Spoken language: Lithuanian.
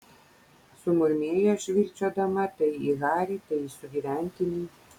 sumurmėjo žvilgčiodama tai į harį tai į sugyventinį